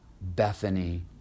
Bethany